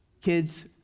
Kids